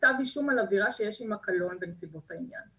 כתב אישום על עבירה שיש עימה קלון בנסיבות העניין.